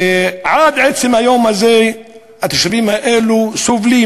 עד עצם היום הזה התושבים האלה סובלים